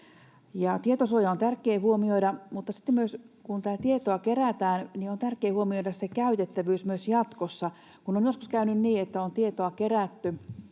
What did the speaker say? Tietosuoja on tärkeä huomioida, mutta sitten myös kun tätä tietoa kerätään, on tärkeää huomioida se käytettävyys myös jatkossa. Joskus on käynyt niin, että on tietoa kerätty